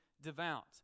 devout